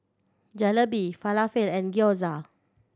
Jalebi Falafel and Gyoza